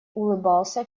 улыбался